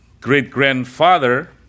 great-grandfather